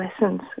lessons